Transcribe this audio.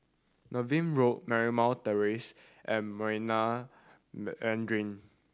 Niven Road Marymount Terrace and Marina Mandarin